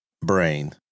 brain